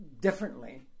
differently